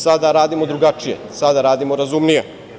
Sada radimo drugačije, sada radimo razumnije.